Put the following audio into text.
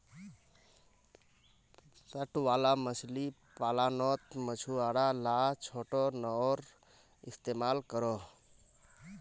तट वाला मछली पालानोत मछुआरा ला छोटो नओर इस्तेमाल करोह